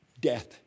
death